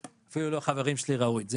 ואפילו החברים שלי לא ראו את זה: